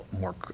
more